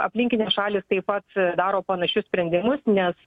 aplinkinės šalys taip pat daro panašius sprendimus nes